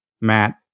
Matt